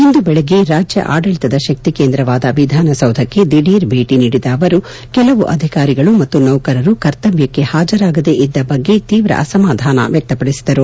ಇಂದು ಬೆಳಗ್ಗೆ ರಾಜ್ಯ ಆಡಳತದ ಶಕ್ತಿಕೇಂದ್ರವಾದ ವಿಧಾನಸೌಧಕ್ಷೆ ದಿಢೀರ್ ಭೇಟಿ ನೀಡಿದ ಅವರು ಕೆಲವು ಅಧಿಕಾರಿಗಳು ಮತ್ತು ನೌಕರರು ಕರ್ತವ್ಲಕ್ಷೆ ಹಾಜರಾಗದೆ ಇದ್ದ ಬಗ್ಗೆ ತೀವ್ರ ಅಸಮಾಧಾನ ವ್ಲಕ್ತಪಡಿಸಿದರು